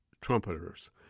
trumpeters